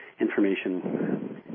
information –